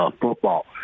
football